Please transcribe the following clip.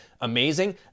amazing